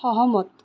সহমত